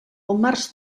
març